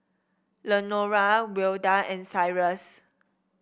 Lenora Wilda and Cyrus